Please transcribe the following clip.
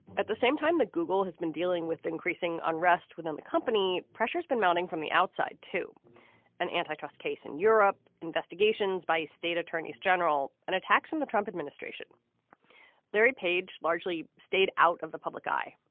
at the same time, the google has been dealing with increasing unrest within the company. pressure has been mounting from the outside to an antitrust case in europe. investigations by state attorneys general and attacks on the trump administration larry page largely stayed out of the public eye.